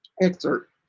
excerpt